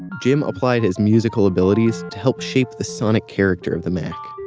jim applied his musical abilities to help shape the sonic character of the mac,